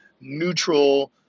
neutral